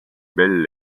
belles